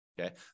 Okay